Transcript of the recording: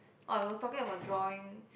I was talking about drawing